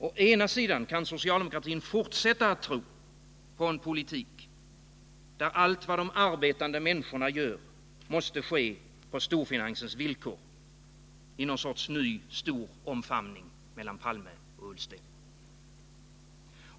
Å ena sidan kan socialdemokratin fortsätta att tro på en politik, där allt vad de arbetande människorna gör måste ske på storfinansens villkor, i något slags ny stor omfamning mellan herrar Palme och Ullsten.